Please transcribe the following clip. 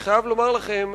אני חייב לומר לכם,